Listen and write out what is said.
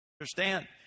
understand